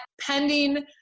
pending